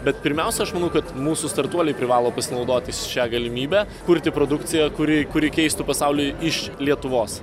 bet pirmiausia aš manau kad mūsų startuoliai privalo pasinaudoti šia galimybe kurti produkciją kuri kuri keistų pasaulį iš lietuvos